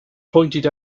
pointed